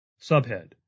Subhead